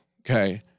okay